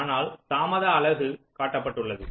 ஆனால் தாமத அலகு காட்டப்பட்டுள்ளது